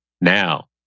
now